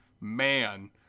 man